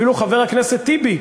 אפילו חבר הכנסת טיבי,